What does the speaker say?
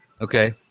Okay